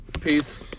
Peace